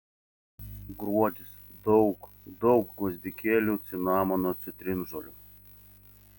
gruodis daug daug gvazdikėlių cinamono citrinžolių